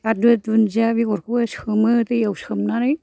आरो दुन्दिया बेगरखौबो सोमो दैयाव सोमनानै